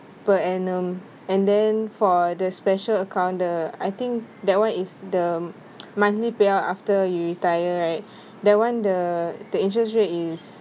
per annum and then for the special account the I think that one is the monthly payout after you retire right that one the the interest rate is